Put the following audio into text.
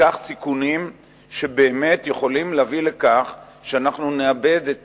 ניקח סיכונים שבאמת יכולים להביא לכך שאנחנו נאבד את